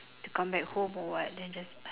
to come back home or what then I just